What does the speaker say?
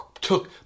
took